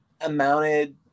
amounted